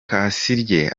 kasirye